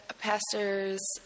Pastors